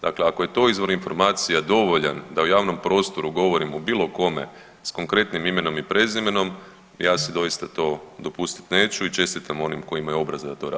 Dakle, ako je to izvor informacija dovoljan da u javnom prostoru govorimo o bilo kome s konkretnim imenom i prezimenom, ja si doista to dopustiti neću i čestitam onima koji imaju obraza da to rade.